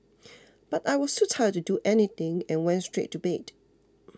but I was too tired to do anything and went straight to bed